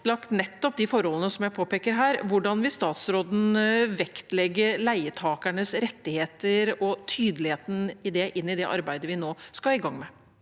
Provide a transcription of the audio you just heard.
nettopp de forholdene som jeg påpeker her. Hvordan vil statsråden vektlegge leietakernes rettigheter på en tydelig måte i det arbeidet vi nå skal i gang med?